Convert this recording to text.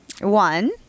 One